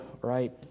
Right